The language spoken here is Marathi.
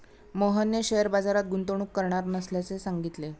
मोहनने शेअर बाजारात गुंतवणूक करणार नसल्याचे सांगितले